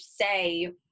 say